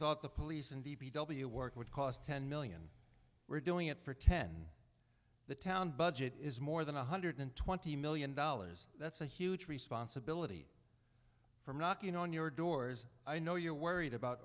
thought the police and d p w work would cost ten million we're doing it for ten the town budget is more than one hundred twenty million dollars that's a huge responsibility for knocking on your doors i know you're worried about